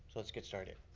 so let's get started.